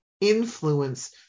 influence